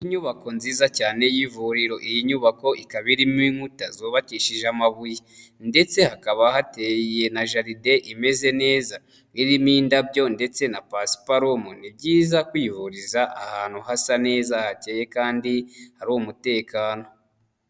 N'inyubako nziza cyane y'ivuriro, iyi nyubako ikaba irimo inkuta zubakishije amabuye ndetse hakaba hateye na jaridi imeze neza irimo indabyo ndetse na pasiparumu, ni byiza kwivuriza ahantu hasa neza hakeye kandi har'umutekano.